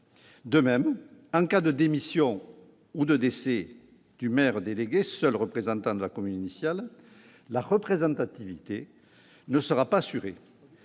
De même, en cas de démission ou de décès du maire délégué, seul représentant de sa commune initiale, la représentativité ne sera pas assurée,